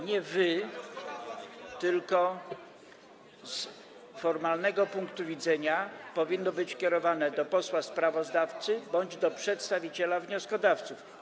Nie „wy”, tylko z formalnego punktu widzenia to powinno być kierowane do posła sprawozdawcy bądź do przedstawiciela wnioskodawców.